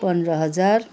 पन्ध्र हजार